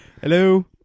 Hello